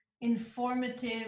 informative